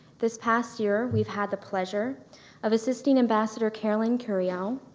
this past year we've had the pleasure of assisting ambassador carolyn curiel,